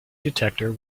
detector